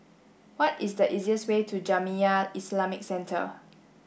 what is the easiest way to Jamiyah Islamic Centre